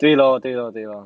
对 lor 对 lor 对 lor